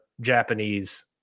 Japanese